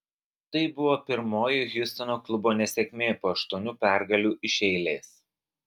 tai buvo pirmoji hjustono klubo nesėkmė po aštuonių pergalių iš eilės